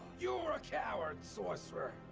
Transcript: you're a coward, sorcerer!